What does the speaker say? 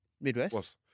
Midwest